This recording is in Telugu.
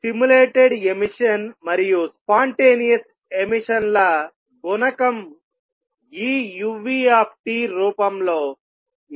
స్టిములేటెడ్ ఎమిషన్ మరియు స్పాంటేనియస్ ఎమిషన్ ల గుణకం ఈ uT రూపంలో ఇస్తాయి